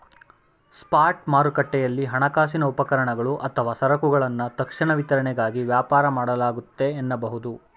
spot ಮಾರುಕಟ್ಟೆಯಲ್ಲಿ ಹಣಕಾಸಿನ ಉಪಕರಣಗಳು ಅಥವಾ ಸರಕುಗಳನ್ನ ತಕ್ಷಣ ವಿತರಣೆಗಾಗಿ ವ್ಯಾಪಾರ ಮಾಡಲಾಗುತ್ತೆ ಎನ್ನಬಹುದು